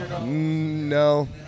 No